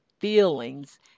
feelings